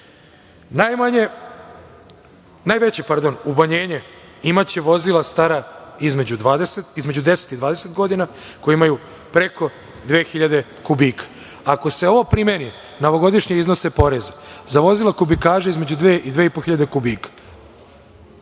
iznosa. Najveće umanjenje imaće vozila stara između 10 i 20 godina koja imaju preko 2.000 kubika. Ako se ovo primeni na ovogodišnje iznose poreza za vozila kubikaže između 2.000 i 2.500 kubika,